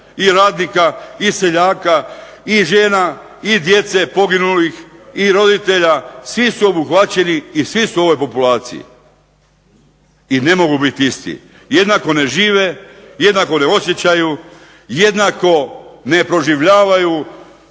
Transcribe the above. i radnika i seljaka i žena i djece poginulih i roditelja svi su obuhvaćeni i svi su u ovoj populaciji. I ne mogu biti isti. Jednako ne žive, jednako ne osjećaju, jednako ne proživljavaju